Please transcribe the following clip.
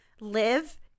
live